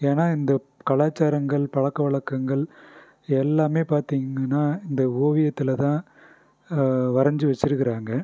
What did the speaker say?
ஏன்னால் இந்த கலாச்சாரங்கள் பழக்க வழக்கங்கள் எல்லாமே பார்த்திங்கன்னா இந்த ஓவியத்தில் தான் வரஞ்சு வெச்சுருக்குறாங்க